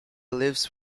lives